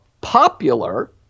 popular